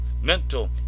mental